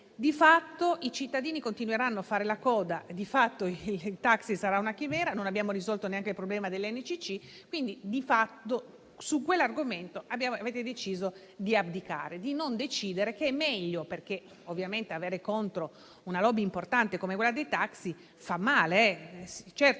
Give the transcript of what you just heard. di fatto i cittadini continueranno a fare la coda e il taxi sarà una chimera (perché non abbiamo risolto neanche il problema degli NCC), quindi su quell'argomento avete deciso di abdicare e di non decidere, che è meglio, perché ovviamente avere contro una *lobby* importante come quella dei taxi fa male. Certamente